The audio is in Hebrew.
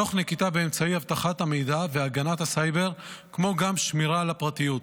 תוך נקיטת אמצעי אבטחת המידע והגנת הסייבר כמו גם שמירה על הפרטיות.